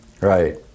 Right